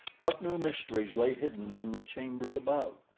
what new mysteries lay hidden in the chambers above?